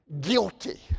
guilty